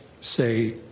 say